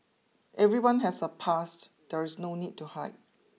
everyone has a past there is no need to hide